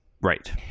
Right